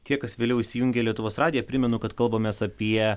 tie kas vėliau įsijungė lietuvos radiją primenu kad kalbamės apie